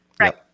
right